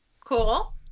Cool